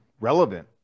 relevant